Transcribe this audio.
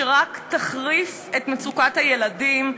שרק תחריף את מצוקת הילדים והמשפחות,